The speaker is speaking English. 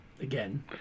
Again